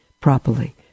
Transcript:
properly